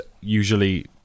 usually